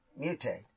mutate